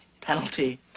penalty